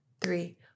three